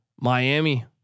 Miami